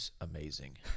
amazing